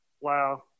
Wow